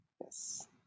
Yes